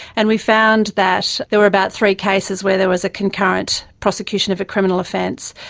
and we found that there were about three cases where there was a concurrent prosecution of a criminal offence.